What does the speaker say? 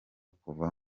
kuva